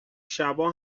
شبا